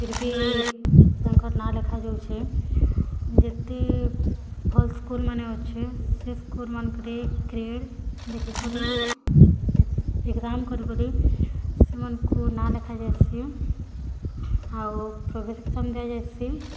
ଫିର୍ ଭି ତାଙ୍କର୍ ନାଁ ଲେଖାଯାଉଛେ ଯେତ୍କି ଭଲ୍ ସ୍କୁଲ୍ମାନେ ଅଛି ସେ ସ୍କୁଲ୍ମାନ୍ଙ୍କରେ ଗ୍ରେଡ଼୍ ଦେଖିକରି ଏଗ୍ଜାମ୍ କରି କରି ସେମାନ୍ଙ୍କୁ ନାଁ ଲେଖାଯାଏସି ଆଉ ପ୍ରୋଭିକ୍ସନ ଦିଆଯାଏସି